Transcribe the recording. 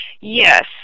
Yes